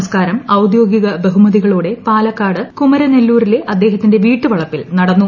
സംസ്കാരം ഔദ്യോഗിക ബഹുമതികളോടെ പാലക്കാട് കുമരനെല്ലൂരിലെ അദ്ദേഹത്തിന്റെ വീട്ടുവളപ്പിൽ നടന്നു